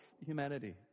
humanity